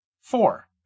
Four